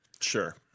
Sure